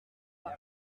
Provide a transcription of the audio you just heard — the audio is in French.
pas